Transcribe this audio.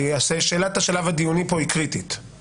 כי שאלת השלב הדיוני פה היא קריטית.